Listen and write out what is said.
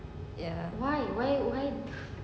ya